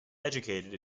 educated